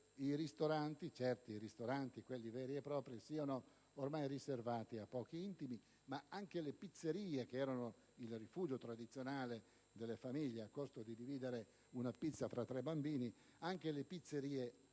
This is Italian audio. Sembra che certi ristoranti, quelli veri e propri, siano ormai riservati a pochi intimi, ma anche le pizzerie, che erano il rifugio tradizionale delle famiglie, a costo di dividere una pizza tra tre bambini, rappresentano